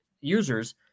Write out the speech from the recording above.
users